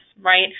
right